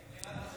עוד